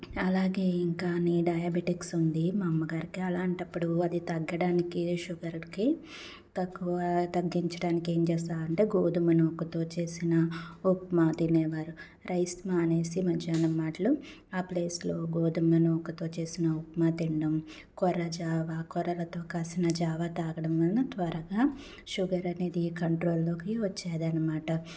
అలాగే ఇంకా నీ డయాబెటిక్స్ ఉంది మా అమ్మగారికి అలాంటప్పుడు అది తగ్గడానికి షుగర్కి తక్కువ తగ్గించడానికి ఏం చేస్తారంటే గోధుమ నూకతో చేసిన ఉప్మా తినేవారు రైస్ మానేసి మధ్యాహ్నం వాటిలో ఆ ప్లేస్లో గోధుమ నూకతో చేసిన ఉప్మా తినడం కొర్రల జావా కొర్రల కొర్రలతో కాసిన జావా తాగడం వలన త్వరగా షుగర్ అనేది కంట్రోల్లోకి వచ్చేది అనమాట